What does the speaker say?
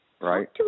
Right